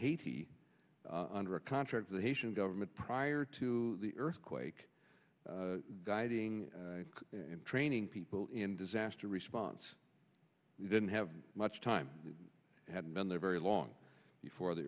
haiti under a contract for the haitian government prior to the earthquake guiding and training people in disaster response didn't have much time hadn't been there very long before the